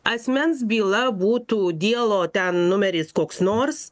asmens byla būtų dielo ten numeris koks nors